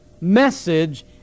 message